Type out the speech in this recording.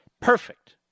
perfect